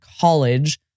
college